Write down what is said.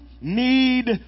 need